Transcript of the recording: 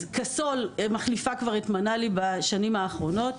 קאסול מחליפה כבר את מנאלי בשנים האחרונות,